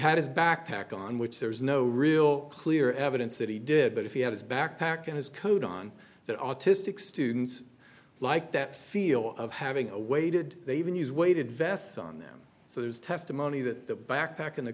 had his backpack on which there's no real clear evidence that he did but if he had his backpack and his coat on that autistic students like that feel of having awaited they even use weighted vest on them so there's testimony that backpack and a